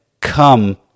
come